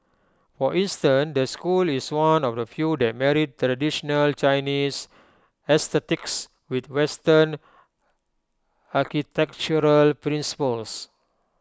for instance the school is one of the few that married traditional Chinese aesthetics with western architectural principles